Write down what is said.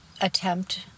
attempt